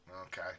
Okay